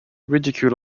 ridicule